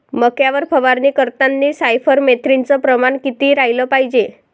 मक्यावर फवारनी करतांनी सायफर मेथ्रीनचं प्रमान किती रायलं पायजे?